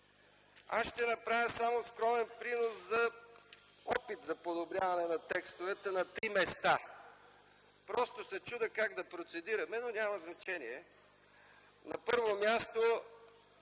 Ще направя само скромен принос като опит за подобряване на текстовете на три места. Чудя се как да процедираме, но няма значение. Първо, на стр.